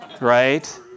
right